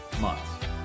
months